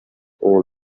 own